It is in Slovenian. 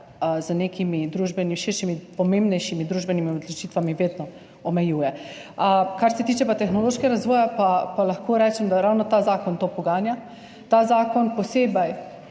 širšimi, pomembnejšimi družbenimi odločitvami. Kar se pa tiče tehnološkega razvoja, pa lahko rečem, da ravno ta zakon to poganja. Ta zakon posebej